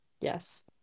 yes